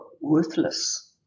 worthless